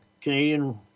canadian